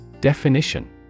definition